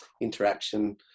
interaction